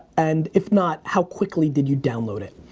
and if not, how quickly did you download it?